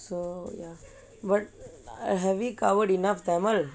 so ya but have we covered enough tamil